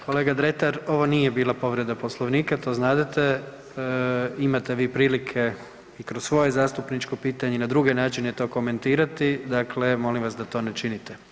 Kolega Dretar, ovo nije bila povreda Poslovnika to znadete, imate vi prilike i kroz svoje zastupničko pitanje i na druge načine to komentirati, dakle molim vas da to ne činite.